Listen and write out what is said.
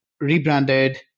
rebranded